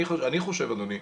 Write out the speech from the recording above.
אני חושב, אדוני,